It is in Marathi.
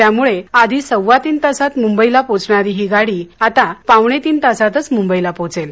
त्यामुळे या आधी सव्वा तीन तासात मुंबई ला पोहोचणारी गाडी आता पावणे तीन तासातच मुंबई ला पोहोचेल